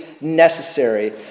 necessary